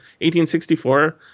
1864